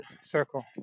circle